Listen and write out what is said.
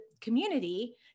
community